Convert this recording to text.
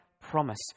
promise